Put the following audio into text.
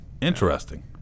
Interesting